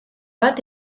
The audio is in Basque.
bat